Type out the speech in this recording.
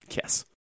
Yes